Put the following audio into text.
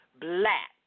black